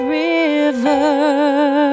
river